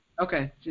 Okay